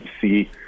see